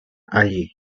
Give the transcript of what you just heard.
allí